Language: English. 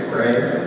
right